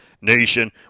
Nation